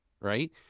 right